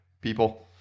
people